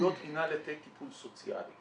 בהתמכרויות הינה לתת טיפול סוציאלי.